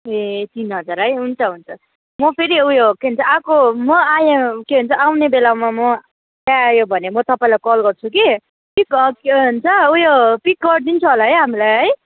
ए तिन हजार है हुन्छ हुन्छ म फेरि उयो के भन्छ आएको म आयो के भन्छ आउने बेलामा म त्यहाँ आयो भने म तपाईँलाई कल गर्छु कि के भन्छ उयो पिक गरिदिन्छ होला है हामीलाई है